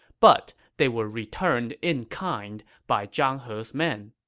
but they were returned in kind by zhang he's men.